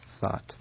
thought